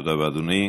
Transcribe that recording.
תודה רבה, אדוני.